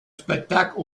spectacle